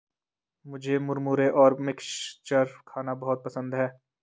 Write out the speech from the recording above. मुझे मुरमुरे और मिक्सचर खाना बहुत पसंद है